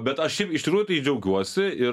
bet aš irgi iš tikrųjų tai džiaugiuosi ir